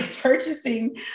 purchasing